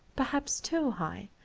perhaps too high,